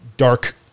dark